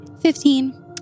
Fifteen